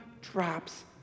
drops